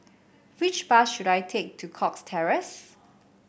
which bus should I take to Cox Terrace